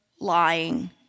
lying